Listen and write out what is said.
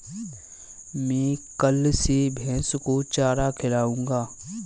मैं कल से भैस को चारा खिलाऊँगा